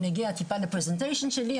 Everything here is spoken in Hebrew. אני אגיע לפרזנטציה שלי,